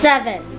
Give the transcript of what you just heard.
Seven